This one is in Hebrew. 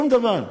שום דבר.